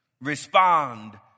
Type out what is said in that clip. respond